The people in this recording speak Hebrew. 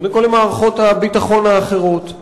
קודם כול למערכות הביטחון האחרות.